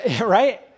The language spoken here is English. right